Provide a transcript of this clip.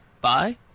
Bye